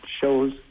shows